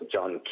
John